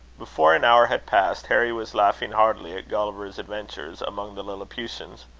before an hour had passed, harry was laughing heartily at gulliver's adventures amongst the lilliputians.